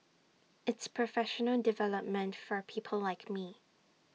it's professional development for people like me